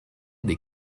des